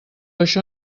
això